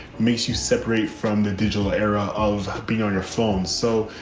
makes you separate from the digital era of being on your phones. so,